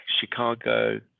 Chicago